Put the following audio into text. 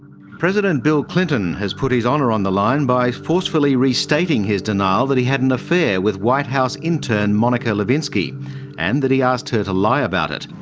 president bill clinton has put his honour on the line by forcefully restating his denial that he had an affair with white house intern monica lewinsky and that he asked her to lie about it.